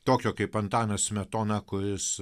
tokio kaip antanas smetona kuris